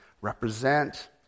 represent